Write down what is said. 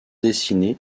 dessinée